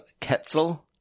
Ketzel